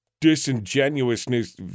disingenuousness